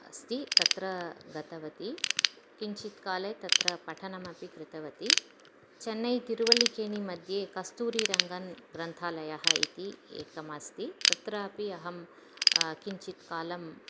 अस्ति तत्र गतवती किञ्चित् काले तत्र पठनमपि कृतवती चन्नै तिरुवळ्ळि केणिमध्ये कस्तूरिरङ्गन् ग्रन्थालयः इति एकः अस्ति तत्रापि अहं किञ्चित् कालम्